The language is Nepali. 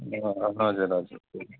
अँ अँ हजुर हजुर